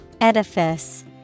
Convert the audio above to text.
Edifice